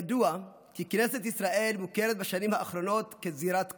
ידוע כי כנסת ישראל מוכרת בשנים האחרונות כזירת קרב: